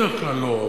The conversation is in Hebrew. בדרך כלל לא,